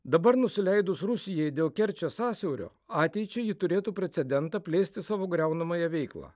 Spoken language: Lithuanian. dabar nusileidus rusijai dėl kerčės sąsiaurio ateičiai ji turėtų precedentą plėsti savo griaunamąją veiklą